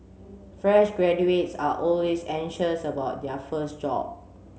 fresh graduates are always anxious about their first job